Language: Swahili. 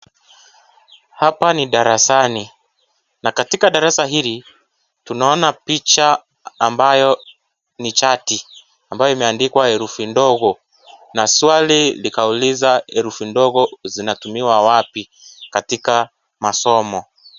Hapa ni darasani, na katika darasa hili tunaona picha ambayo ni chati, ambayo imeandikwa herufi ndogo, na swali likauliza herufi ndogo zinatumiwa wapi katika masomo.